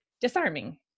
disarming